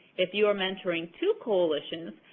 if you are mentoring two coalitions,